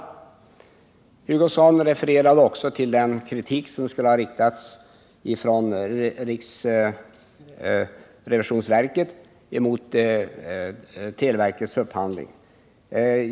Kurt Hugosson hänvisade också till den kritik som riksrevisionsverket skulle ha riktat mot televerkets upphandling.